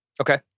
Okay